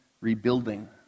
rebuilding